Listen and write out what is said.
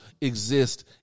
exist